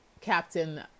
Captain